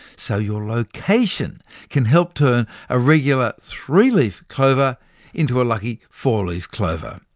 so your location can help turn a regular three-leaf clover into a lucky four-leaf clover.